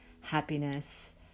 happiness